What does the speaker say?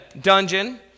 dungeon